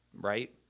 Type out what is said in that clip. right